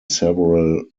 several